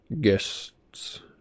guests